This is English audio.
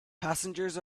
passengers